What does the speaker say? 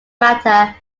matter